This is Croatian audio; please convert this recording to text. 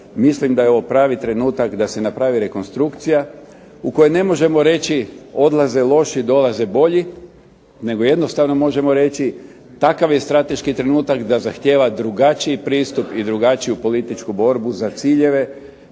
mislim da je ovo pravi trenutak da se napravi rekonstrukcija u kojoj ne možemo reći odlaze loši dolaze bolji, nego jednostavno trebamo reći takav je strateški trenutak da zahtjeva drugačiji pristup i drugačiju političku borbu za ciljeve